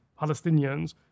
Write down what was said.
Palestinians